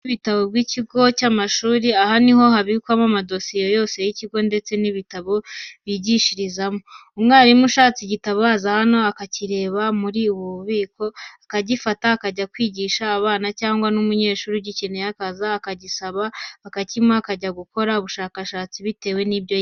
Ububiko bw'ibitabo by'ikigo cy'amashuri, aha ni ho habikwamo amadosiye yose y'ikigo, ndetse n'ibitabo bigishirizamo. Umwarimu ushatse igitabo aza hano akakireba muri ubu bubiko, akagifata akajya kwigisha abana cyangwa n'umunyeshuri ugikeneye akaza akagisaba bakakimuha akajya gukora ubushakashatsi bitewe n'ibyo yiga.